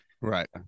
right